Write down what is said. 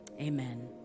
Amen